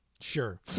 Sure